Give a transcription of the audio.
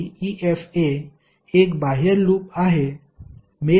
abcdefa एक बाह्य loop आहे मेष नाही